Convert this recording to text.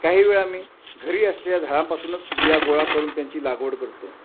काही वेळा मी घरी असलेल्या झाडांपासूनच बिया गोळा करून त्यांची लागवड करतो